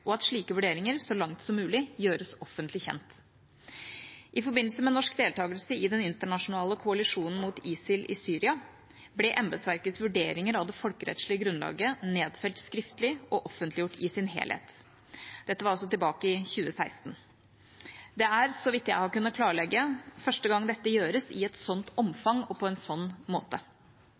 og at slike vurderinger så langt som mulig gjøres offentlig kjent. I forbindelse med norsk deltakelse i den internasjonale koalisjonen mot ISIL i Syria ble embetsverkets vurderinger av det folkerettslige grunnlaget nedfelt skriftlig og offentliggjort i sin helhet. Dette var altså tilbake i 2016. Det er, så vidt jeg har kunnet klarlegge, første gang dette gjøres i et sånt omfang og på en sånn måte.